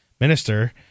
minister